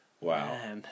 Wow